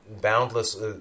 boundless